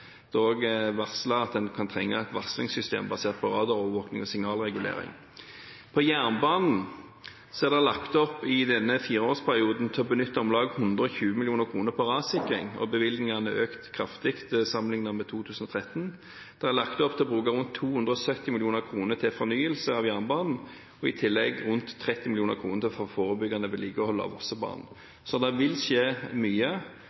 Det er også varslet at en kan trenge et varslingssystem basert på radarovervåkning og signalregulering. På jernbanen er det i denne fireårsperioden lagt opp til å benytte om lag 120 mill. kr på rassikring, og bevilgningene er økt kraftig sammenlignet med 2013. Det er lagt opp til å bruke rundt 270 mill. kr til fornyelse av jernbanen, og i tillegg rundt 30 mill. kr til forebyggende vedlikehold av Vossebanen. Så det vil skje mye.